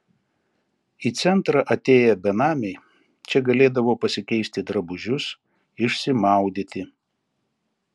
į centrą atėję benamiai čia galėdavo pasikeisti drabužius išsimaudyti